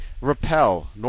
repel